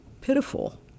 pitiful